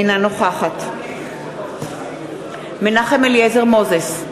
אינה נוכחת מנחם אליעזר מוזס,